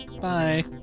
Bye